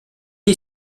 est